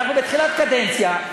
אנחנו בתחילת קדנציה,